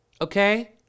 okay